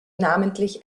namentlich